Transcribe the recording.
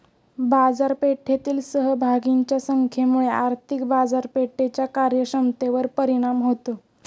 बाजारपेठेतील सहभागींच्या संख्येमुळे आर्थिक बाजारपेठेच्या कार्यक्षमतेवर परिणाम होतो